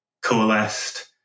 coalesced